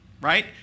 Right